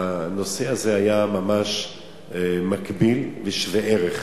הנושא הזה היה ממש מקביל ושווה ערך.